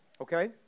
okay